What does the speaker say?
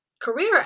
career